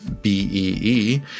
BEE